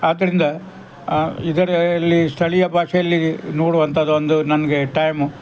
ಆದ್ದರಿಂದ ಇದರಲ್ಲಿ ಸ್ಥಳೀಯ ಭಾಷೆಯಲ್ಲಿ ನೋಡುವಂಥದ್ದೊಂದು ನನಗೆ ಟೈಮು